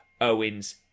Owens